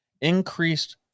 Increased